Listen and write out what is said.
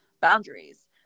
boundaries